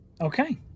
Okay